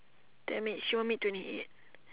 dammit she won't meet twenty eight